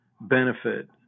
benefit